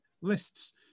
lists